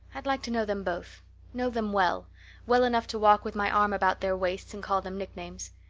i'd like to know them both know them well well enough to walk with my arm about their waists, and call them nicknames.